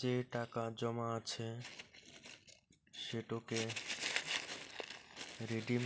যে টাকা জমা আছে সেটোকে রিডিম